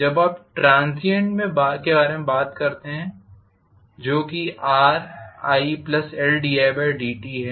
जब आप ट्रांसीएंट के बारे में बात करते हैं जो किRiLdidt है